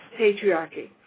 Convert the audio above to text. patriarchy